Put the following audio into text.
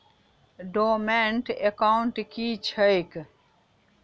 Dormant account की छैक?